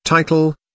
Title